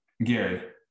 Gary